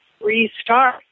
restart